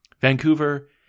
Vancouver